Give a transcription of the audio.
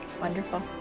Wonderful